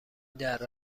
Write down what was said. دره